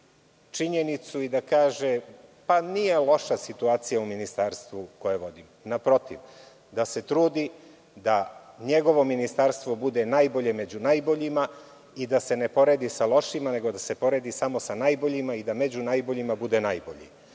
prihvati činjenicu i da kaže – pa, nije loša situacija u ministarstvu koje vodim. Naprotiv, treba da se trudi da njegovo ministarstvo bude najbolje među najboljima i da se ne poredi sa lošima, nego samo sa najboljima i da među najboljima bude najbolji.